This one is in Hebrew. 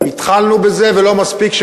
התחלנו בזה, ולא מספיק.